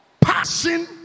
passion